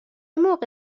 موقع